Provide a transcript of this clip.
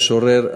המשורר,